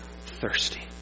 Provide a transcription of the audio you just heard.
thirsty